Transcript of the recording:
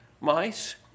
mice